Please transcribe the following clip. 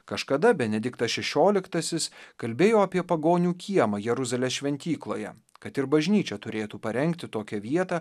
kažkada benediktas šešioliktasis kalbėjo apie pagonių kiemą jeruzalės šventykloje kad ir bažnyčia turėtų parengti tokią vietą